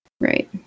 Right